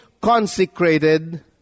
consecrated